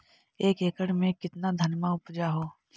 एक एकड़ मे कितना धनमा उपजा हू?